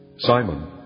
Simon